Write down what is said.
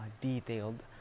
detailed